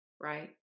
right